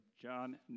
John